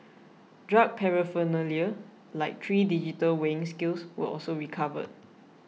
drug paraphernalia like three digital weighing scales were also recovered